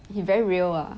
he very real ah